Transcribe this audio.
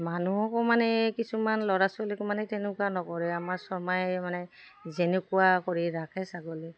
মানুহকো মানে কিছুমান ল'ৰা ছোৱালীকো মানে তেনেকুৱা নকৰে আমাৰ শৰ্মাইে মানে যেনেকুৱা কৰি ৰাখে ছাগলী